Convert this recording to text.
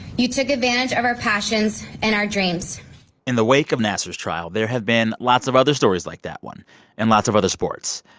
you took advantage of our passions and our dreams in the wake of nassar's trial, there have been lots of other stories like that one in and lots of other sports.